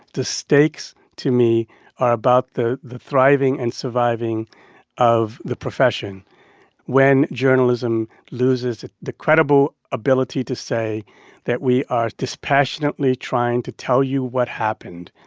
the stakes to me are about the the thriving and surviving of the profession when journalism loses the credible ability to say that we are dispassionately trying to tell you what happened,